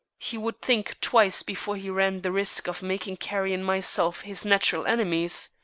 he would think twice before he ran the risk of making carrie and myself his natural enemies.